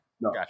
no